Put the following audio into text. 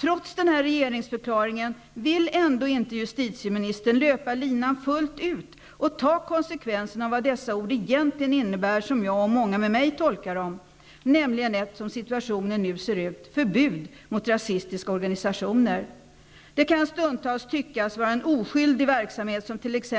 Trots denna regeringsförklaring vill justitieministern ändå inte löpa linan fullt ut och ta konsekvenserna av vad dessa ord egentligen innebär, såsom jag och många med mig tolkar dem, nämligen ett, som situationen nu ser ut, förbud mot rasistiska organisationer. Det kan stundtals tyckas vara en oskyldig verksamhet som t.ex.